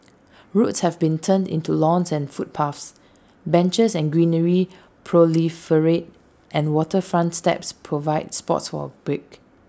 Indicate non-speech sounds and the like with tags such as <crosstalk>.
<noise> roads have been turned into lawns and footpaths benches and greenery proliferate and waterfront steps provide spots for A break